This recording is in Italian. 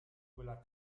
quella